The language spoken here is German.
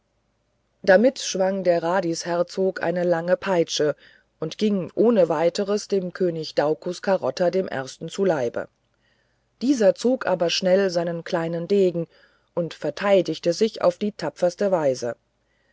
damit schwang der radiesherzog eine lange peitsche und ging ohne weiteres dem könig daucus carota dem ersten zu leibe dieser zog aber schnell seinen kleinen degen und verteidigte sich auf die tapferste weise